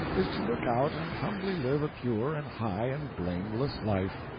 is to look out and humbly live a pure and high and blameless life,